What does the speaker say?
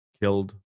killed